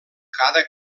cada